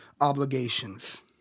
obligations